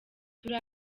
turi